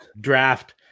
draft